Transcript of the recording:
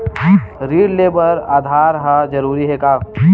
ऋण ले बर आधार ह जरूरी हे का?